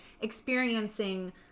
experiencing